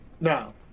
now